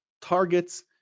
targets